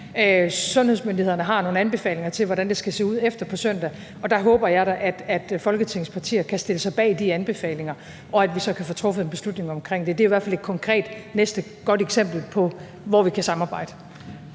Sundhedsmyndighederne har nogle anbefalinger til, hvordan det skal se ud efter på søndag, og der håber jeg da, at Folketingets partier kan stille sig bag de anbefalinger, og at vi så kan få truffet en beslutning omkring det. Det er i hvert fald et konkret næste godt eksempel på, hvor vi kan samarbejde.